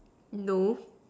no